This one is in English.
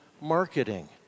marketing